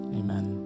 Amen